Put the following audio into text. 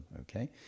okay